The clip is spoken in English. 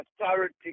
authority